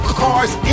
car's